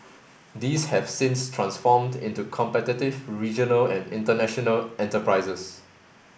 these have since transformed into competitive regional and international enterprises